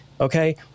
Okay